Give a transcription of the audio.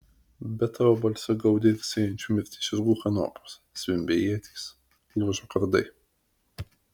bet tavo balse gaudė ir sėjančių mirtį žirgų kanopos zvimbė ietys lūžo kardai